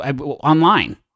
online